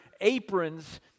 aprons